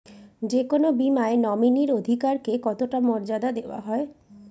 যে কোনো বীমায় নমিনীর অধিকার কে কতটা মর্যাদা দেওয়া হয়?